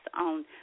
On